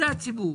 זה הציבור,